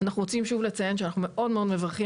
אנחנו רוצים שוב לציין שאנחנו מאוד מברכים